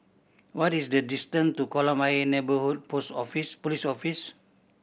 what is the distant to Kolam Ayer Neighbourhood Post Office Police Office